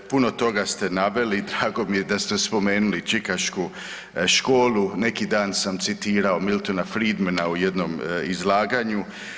Puno toga ste naveli, drago mi je da ste spomenuli Čikašku školu, nekidan sam citirao Miltona Friedmana u jednom izlaganju.